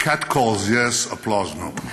Cut calls, yes, applause, no.